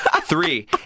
Three